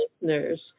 listeners